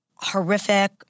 horrific